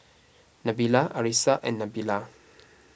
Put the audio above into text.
Nabila Arissa and Nabila